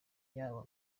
yaba